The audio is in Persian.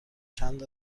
چند